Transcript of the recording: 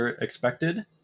expected